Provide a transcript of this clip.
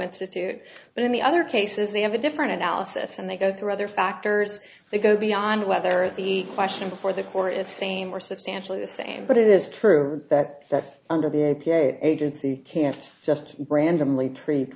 institute but in the other cases they have a different analysis and they go through other factors they go beyond whether the question before the court is same or substantially the same but it is true that under the agency can't just randomly pre